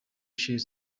chief